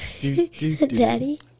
daddy